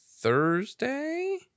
Thursday